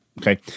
Okay